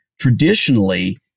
traditionally